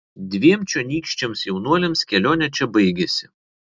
dviem čionykščiams jaunuoliams kelionė čia baigėsi